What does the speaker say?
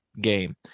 game